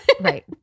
right